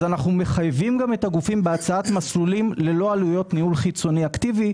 אנחנו מחייבים את הגופים בהצעת מסלולים ללא עלויות ניהול חיצוני אקטיבי,